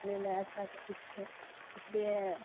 لے لیں اچھا سا اس لیے